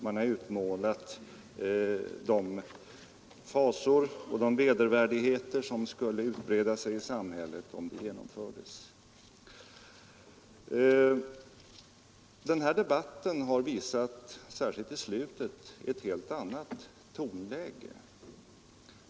Man har utmålat de fasor och vedervärdigheter som skulle utbreda sig i samhället, om det genomfördes. Den här debatten har, särskilt i slutet, visat ett helt annat tonläge.